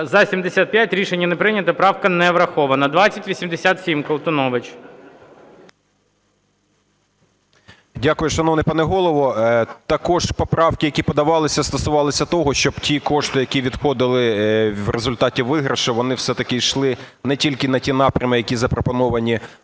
За-75 Рішення не прийнято, правка не врахована. 2087, Колтунович. 12:52:17 КОЛТУНОВИЧ О.С. Дякую, шановний пане Голово! Також поправки, які подавалися, стосувалися того, щоб ті кошти, які відходили в результаті виграшів, вони все-таки йшли не тільки на ті напрями, які запропоновані